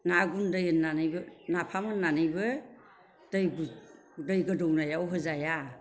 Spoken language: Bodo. ना गुन्दै होनानैबो नाफाम होनानैबो दै गोदौनायाव होजाया